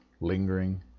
lingering